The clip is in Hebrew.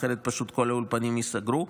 אחרת פשוט כל האולפנים ייסגרו,